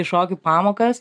į šokių pamokas